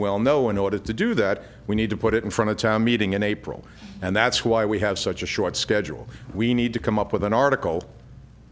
well know in order to do that we need to put it in front of town meeting in april and that's why we have such a short schedule we need to come up with an article